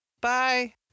Bye